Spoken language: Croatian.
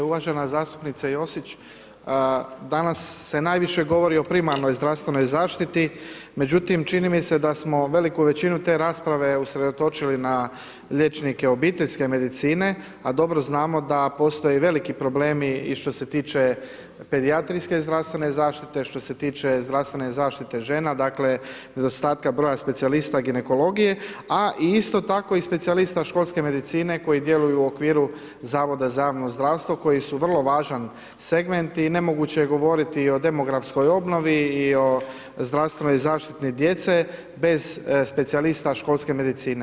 Uvažena zastupnice Josić, danas se najviše govori o primarnoj zdravstvenoj zaštiti, no međutim čini mi se da smo veliku većinu te rasprave usredotočili na liječnike obiteljske medicine, a dobro znamo da postoje veliki problemi i što se tiče pedijatrijske zdravstvene zaštite, što se tiče zdravstvene zaštite žena, dakle nedostatka broja specijalista ginekologije, a isto tako i specijaliste školske medicine koji djeluju u okviru zavoda za javno zdravstvo koji su vrlo važan segment i nemoguće je i govoriti i o demografskoj obnovi i o zdravstvenoj zaštiti djece bez specijalista školske medicine.